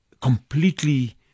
completely